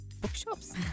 Bookshops